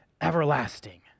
everlasting